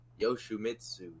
Yoshimitsu